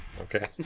Okay